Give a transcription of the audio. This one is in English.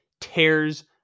tears